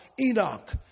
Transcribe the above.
Enoch